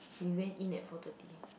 we went in at four thirty